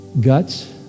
Guts